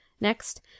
Next